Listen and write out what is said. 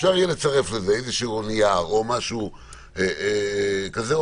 אפשר יהיה לצרף לזה נייר או משהו כזה או